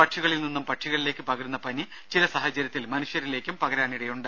പക്ഷികളിൽ നിന്നും പക്ഷികളിലേക്ക് പകരുന്ന പനി ചില സാഹചര്യത്തിൽ മനുഷ്യരിലേക്കും പകരാനിടയുണ്ട്